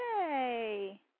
Yay